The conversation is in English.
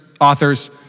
authors